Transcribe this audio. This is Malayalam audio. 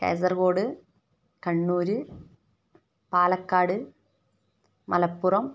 കാസര്ഗോഡ് കണ്ണൂർ പാലക്കാട് മലപ്പുറം